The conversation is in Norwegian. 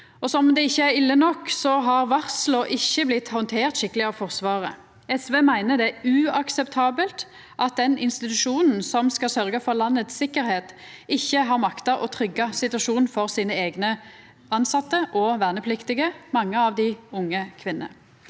om det ikkje er ille nok, så har ikkje varsla blitt handterte skikkeleg av Forsvaret. SV meiner det er uakseptabelt at den institusjonen som skal sørgja for sikkerheita i landet, ikkje har makta å tryggja situasjonen for sine eigne tilsette og vernepliktige, mange av dei er unge kvinner.